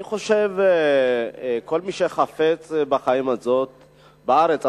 אני חושב שכל מי שחפץ בחיים בארץ הזאת,